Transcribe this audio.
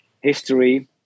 history